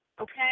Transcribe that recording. okay